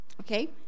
Okay